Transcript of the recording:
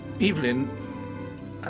Evelyn